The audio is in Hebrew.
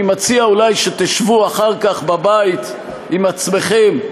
אני מציע שאולי תשבו אחר כך בבית עם עצמכם,